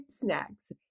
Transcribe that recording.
snacks